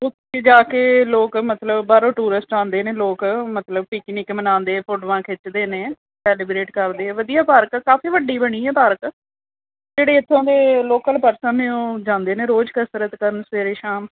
ਉੱਥੇ ਜਾ ਕੇ ਲੋਕ ਮਤਲਬ ਬਾਹਰੋਂ ਟੂਰਿਸਟ ਆਉਂਦੇ ਨੇ ਲੋਕ ਮਤਲਬ ਪਿਕਨਿਕ ਮਨਾਉਂਦੇ ਫੋਟੋਆਂ ਖਿੱਚਦੇ ਨੇ ਸੈਲੀਬਰੇਟ ਕਰਦੇ ਵਧੀਆ ਪਾਰਕ ਆ ਕਾਫੀ ਵੱਡੀ ਬਣੀ ਆ ਪਾਰਕ ਜਿਹੜੇ ਇੱਥੋਂ ਦੇ ਲੋਕਲ ਪਰਸਨ ਨੇ ਉਹ ਜਾਂਦੇ ਨੇ ਰੋਜ਼ ਕਸਰਤ ਕਰਨ ਸਵੇਰੇ ਸ਼ਾਮ